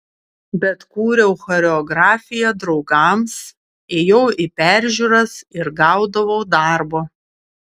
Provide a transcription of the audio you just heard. bet kūriau choreografiją draugams ėjau į peržiūras ir gaudavau darbo